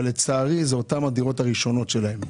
אבל לצערי זה אותן הדירות הראשונות שלהם.